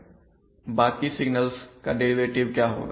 बाकी सिगनल्स के डेरिवेटिव का क्या होगा